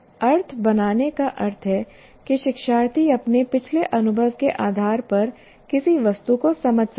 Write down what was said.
अर्थ बनाने का अर्थ है कि शिक्षार्थी अपने पिछले अनुभव के आधार पर किसी वस्तु को समझ सकता है